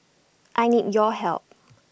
I need your help